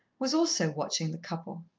was also watching the couple.